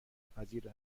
پذیر